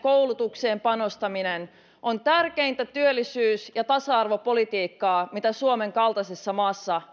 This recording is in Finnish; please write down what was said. koulutukseen panostaminen on tärkeintä työllisyys ja tasa arvopolitiikkaa mitä suomen kaltaisessa maassa